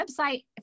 website